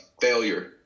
Failure